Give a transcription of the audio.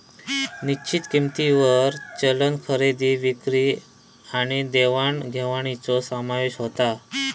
निश्चित किंमतींवर चलन खरेदी विक्री आणि देवाण घेवाणीचो समावेश होता